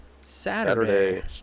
Saturday